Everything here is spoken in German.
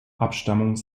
abstammung